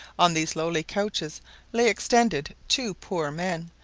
on these lowly couches lay extended two poor men,